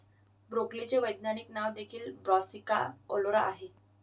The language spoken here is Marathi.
ब्रोकोलीचे वैज्ञानिक नाव देखील ब्रासिका ओलेरा आहे